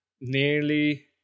nearly